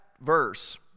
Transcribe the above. verse